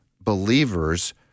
believers